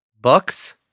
books